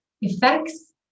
effects